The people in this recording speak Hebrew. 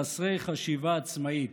חסרי חשיבה עצמאית,